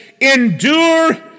endure